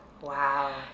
Wow